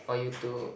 for you to